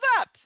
up